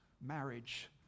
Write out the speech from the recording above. marriage